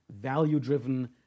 value-driven